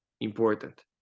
important